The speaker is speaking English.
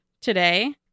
today